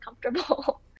comfortable